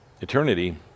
eternity